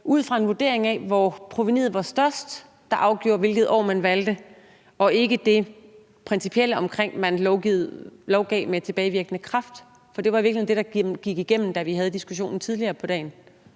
ud fra en vurdering af, hvor provenuet var størst, der afgjorde, hvilket år man valgte, og ikke det principielle, at man lovgav med tilbagevirkende kraft? For det var i virkeligheden det, der gik igennem diskussionen, da vi havde den tidligere på dagen,